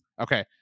Okay